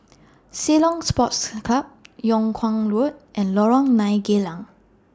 Ceylon Sports Club Yung Kuang Road and Lorong nine Geylang